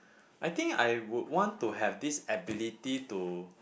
I think I would want to have this ability to